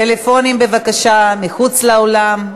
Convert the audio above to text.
טלפונים, בבקשה, מחוץ לאולם.